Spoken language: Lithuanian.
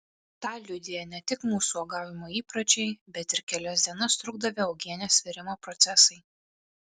tą liudija ne tik mūsų uogavimo įpročiai bet ir kelias dienas trukdavę uogienės virimo procesai